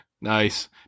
Nice